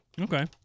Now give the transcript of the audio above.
Okay